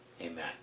Amen